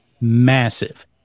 massive